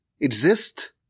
exist